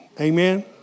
Amen